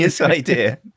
idea